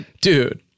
Dude